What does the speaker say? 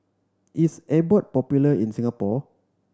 is Abbott popular in Singapore